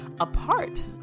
apart